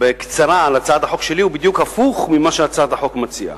בקצרה על הצעת החוק שלי הוא בדיוק הפוך ממה שהצעת החוק מציעה.